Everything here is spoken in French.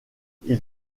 ils